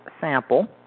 sample